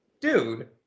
dude